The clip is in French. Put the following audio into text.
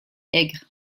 aigre